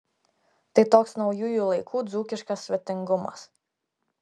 tai toks naujųjų laikų dzūkiškas svetingumas